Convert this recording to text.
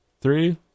Three